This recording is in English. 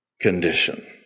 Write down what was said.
condition